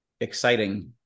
exciting